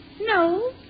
No